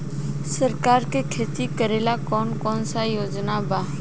सरकार के खेती करेला कौन कौनसा योजना बा?